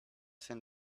send